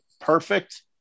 perfect